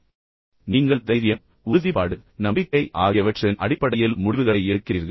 இந்தப் பக்கம் நீங்கள் தைரியம் உறுதிப்பாடு நம்பிக்கை ஆகியவற்றின் அடிப்படையில் அனைத்து முடிவுகளையும் எடுக்கிறீர்கள்